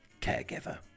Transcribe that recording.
caregiver